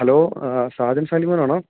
hello Sajan Salimar ആണോ